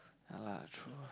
ya lah true